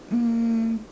um